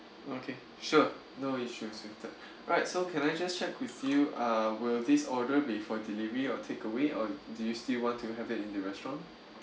okay sure no worries should be settled right so can I just check with you uh will this order be for delivery or takeaway or do you still want to have it in the restaurant